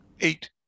eight